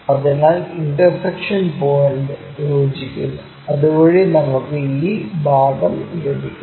അതിനാൽ intersection point യോജിക്കുന്നു അതുവഴി നമുക്ക് ഈ ഭാഗം ലഭിക്കും